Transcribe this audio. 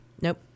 Nope